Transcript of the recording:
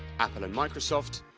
apple and microsoft,